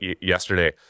yesterday